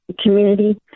community